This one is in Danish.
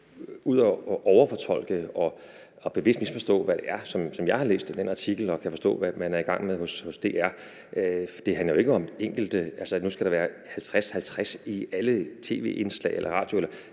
ude og overfortolke og bevidst misforstå, i forhold til hvad det er, som jeg har læst i den artikel og kan forstå, hvad man er i gang med hos DR. Det handler jo ikke om, at det skal være 50-50 i alle tv- eller